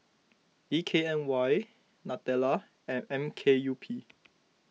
D K N Y Nutella and M K U P